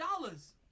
dollars